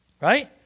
right